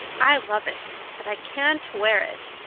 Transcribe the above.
i love it, but i can't wear it.